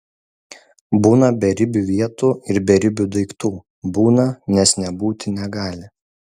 būna beribių vietų ir beribių daiktų būna nes nebūti negali